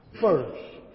first